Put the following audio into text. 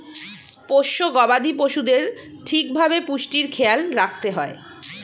পোষ্য গবাদি পশুদের ঠিক ভাবে পুষ্টির খেয়াল রাখতে হয়